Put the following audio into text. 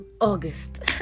august